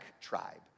tribe